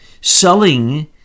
selling